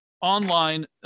online